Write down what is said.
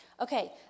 Okay